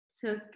took